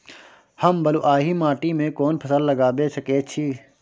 हम बलुआही माटी में कोन फसल लगाबै सकेत छी?